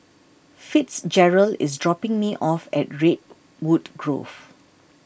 Fitzgerald is dropping me off at Redwood Grove